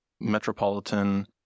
metropolitan